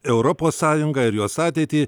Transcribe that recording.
europos sąjungą ir jos ateitį